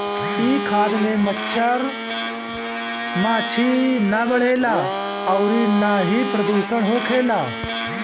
इ खाद में मच्छर माछी ना बढ़ेला अउरी ना ही प्रदुषण होखेला